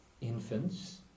infants